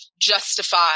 justify